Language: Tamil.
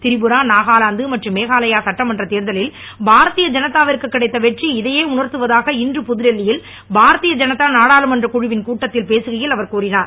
திரிபுரா நாகாலாந்து மற்றும் மேகாலயா சட்டமன்றத் தேர்தலில் பாரதிய ஜனதா விற்கு கிடைத்த வெற்றி இதையே உணர்த்துவதாக இன்று புதுடெல்லியில் பாரதிய ஜனதா நாடாளுமன்றக் குழுவின் கூட்டத்தில் பேசுகையில் அவர் கூறினார்